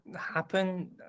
happen